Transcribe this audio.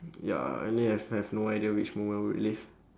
ya I mean I've no idea which moment I would live